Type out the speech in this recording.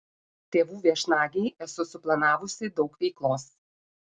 tėvų viešnagei esu suplanavusi daug veiklos